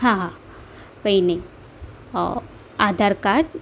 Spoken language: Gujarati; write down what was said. હા હા કંઇ નહીં આધાર કાડ